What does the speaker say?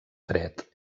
fred